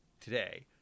today